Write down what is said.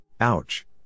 Ouch